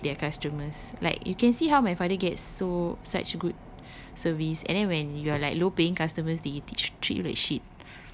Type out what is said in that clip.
segregate their customers like you can see how my father gets so such good service and then when you are like low paying customers they treat treat you like shit